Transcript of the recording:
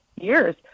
years